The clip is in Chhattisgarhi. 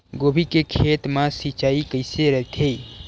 गोभी के खेत मा सिंचाई कइसे रहिथे?